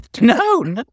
No